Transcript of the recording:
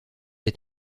est